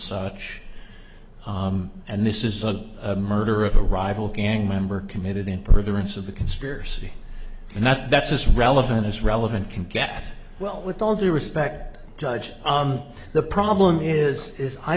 such and this is a murder of a rival gang member committed in for the rights of the conspiracy and that that's this relevant is relevant can get well with all due respect judge on the problem is is i